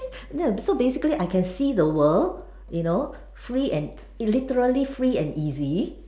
that so basically I can see the world you know free and it's literally free and easy